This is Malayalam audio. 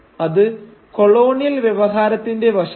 അത് കൊളോണിയൽ വ്യവഹാരത്തിന്റെ വശമാണ്